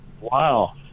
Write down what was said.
Wow